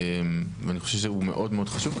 ואני חושב שהוא מאוד מאוד חשוב,